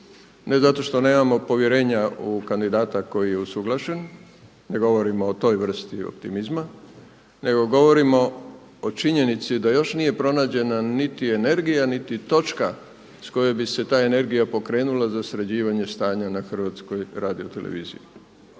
ne zato što nemamo povjerenja u kandidata koji je usuglašen, ne govorimo o toj vrsti optimizma nego govorimo o činjenici da još nije pronađena niti energija niti točka s koje bi se ta energija pokrenula za sređivanje stana na HRT-u. Još uvijek nije.